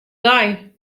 dei